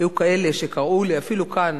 היו כאלה שקראו לי, אפילו כאן